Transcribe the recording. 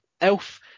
elf